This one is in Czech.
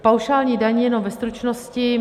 Paušální daň jenom ve stručnosti.